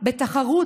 בתחרות,